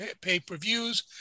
pay-per-views